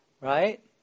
Right